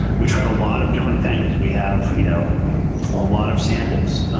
we tried a lot of different things. we have you know a lot of samples.